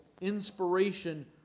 inspiration